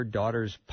Daughters